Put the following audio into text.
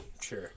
sure